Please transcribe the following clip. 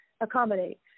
Accommodate